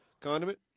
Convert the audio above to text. Condiment